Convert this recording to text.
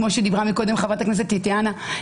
כמו שדיברה קודם חברת הכנסת טטיאנה,